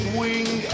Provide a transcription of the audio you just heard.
wing